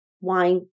wine